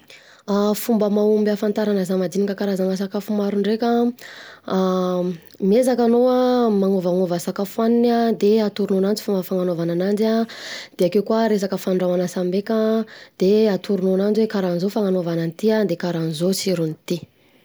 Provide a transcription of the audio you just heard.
Fomba mahomby hafantarana zamadinika safafo maro ndreka miezaka anao magnovagnova sakafo hoaniny an de atoronao ananjy fomba fagnanaovana ananjy an, de akeo koa resaka fondrahoana sambeka an, de atoronao ananjy hoe;: karanzao fagnanaovana anty an, de karanzao siron'ity.